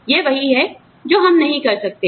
यह वही है जो हम नहीं कर सकते हैं